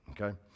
Okay